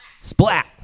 splat